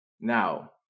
Now